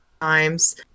times